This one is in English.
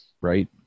Right